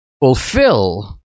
fulfill